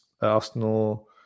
Arsenal